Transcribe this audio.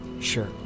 Sure